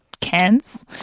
cans